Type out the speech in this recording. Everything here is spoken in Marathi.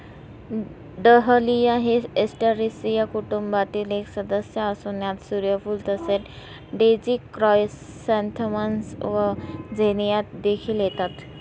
डहलिया हे एस्टरेसिया कुटुंबातील एक सदस्य असून यात सूर्यफूल तसेच डेझी क्रायसॅन्थेमम्स व झिनिया देखील येतात